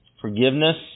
Forgiveness